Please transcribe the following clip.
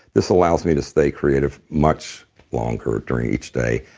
this allows me to stay creative much longer during each day,